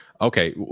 Okay